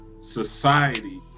society